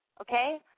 okay